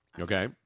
okay